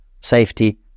Safety